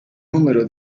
numero